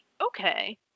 okay